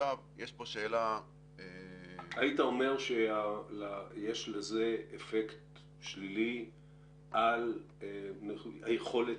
היית אומר שיש לזה אפקט שלילי על היכולת